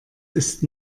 ist